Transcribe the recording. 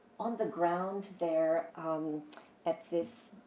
on the ground there um at this